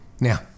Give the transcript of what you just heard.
Now